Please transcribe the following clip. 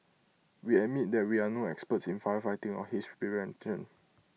we admit that we are no experts in firefighting or haze prevention